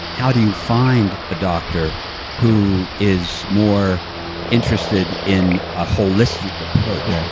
how do you find a doctor who is more interested in a holistic approach, yeah